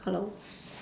hello